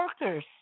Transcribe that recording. workers